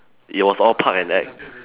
it was all part an act